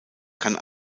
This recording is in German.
kann